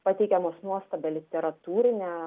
pateikiamos nuostabia literatūrine